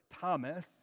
Thomas